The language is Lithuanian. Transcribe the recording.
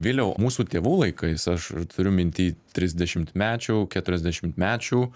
viliau mūsų tėvų laikais aš turiu minty trisdešimtmečių keturiasdešimtmečių